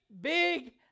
big